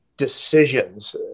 decisions